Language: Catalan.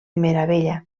meravella